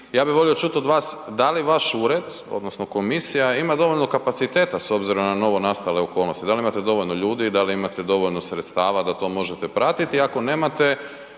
Ja bih volio čuti od vas da li vaš ured, odnosno komisija ima dovoljno kapaciteta s obzirom na novo nastale okolnosti. Da li imate dovoljno ljudi, da li imate dovoljno sredstava da to možete pratiti. Ako nemate